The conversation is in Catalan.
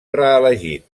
reelegit